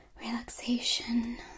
relaxation